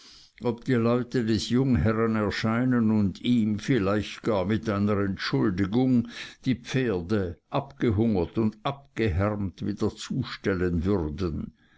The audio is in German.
ob die leute des jungherren erscheinen und ihm vielleicht gar mit einer entschuldigung die pferde abgehungert und abgehärmt wieder zustellen würden